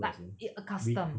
like it a custom